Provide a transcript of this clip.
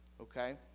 okay